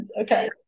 Okay